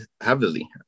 heavily